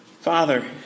Father